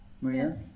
Maria